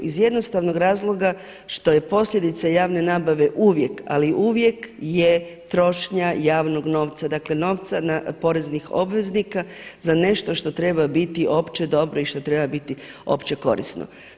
Iz jednostavnog razloga što je posljedica javne nabave uvijek, ali uvijek je trošnja javnog novca, dakle, novca poreznih obveznika za nešto što treba biti opće dobro i što treba biti opće korisno.